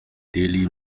daily